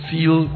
Feel